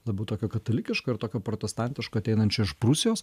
labiau tokio katalikiško ir tokio protestantiško ateinančio iš prūsijos